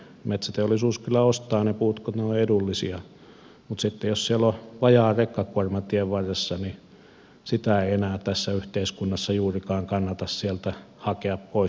metsäteollisuus kyllä ostaa ne puut kun ne ovat edullisia mutta sitten jos siellä on vajaa rekkakuorma tien varressa niin sitä ei enää tässä yhteiskunnassa juurikaan kannata sieltä hakea pois